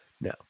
No